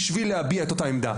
בשביל להביע את אותה עמדה,